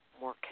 more